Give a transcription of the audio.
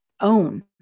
own